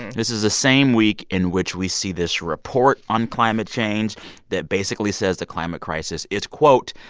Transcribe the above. this is the same week in which we see this report on climate change that basically says the climate crisis is, quote,